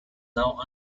now